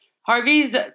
Harvey's